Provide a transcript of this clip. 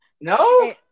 no